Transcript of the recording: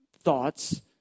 thoughts